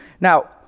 Now